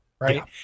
right